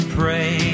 pray